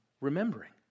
remembering